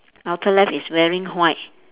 outer left is wearing white